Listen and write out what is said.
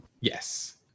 Yes